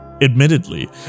Admittedly